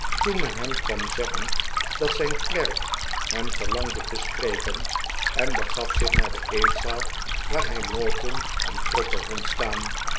toen men hem kwam zeggen dat zijn klerk hem verlangde te spreken en bega'f zich naar de eetzaal waar hij lowten en trotter vond staan